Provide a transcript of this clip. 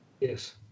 Yes